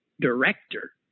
director